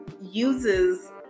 uses